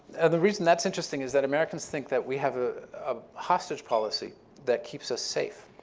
and the reason that's interesting is that americans think that we have a ah hostage policy that keeps us safe.